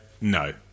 No